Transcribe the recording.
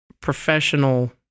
professional